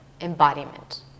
embodiment